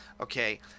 Okay